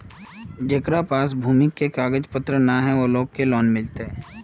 जेकरा पास भूमि का कागज पत्र न है वो लोग के लोन मिलते?